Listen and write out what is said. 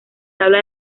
tabla